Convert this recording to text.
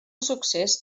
succés